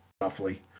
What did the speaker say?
roughly